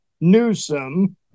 Newsom